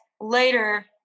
later